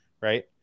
right